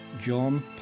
John